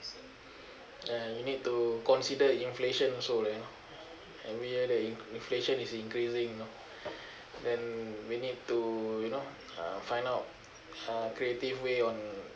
ya you need to consider inflation also you know every year the inflation is increasing you know then we need to you know uh find out uh creative way on